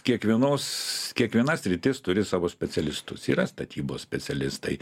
kiekvienos kiekviena sritis turi savo specialistus yra statybos specialistai